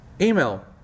email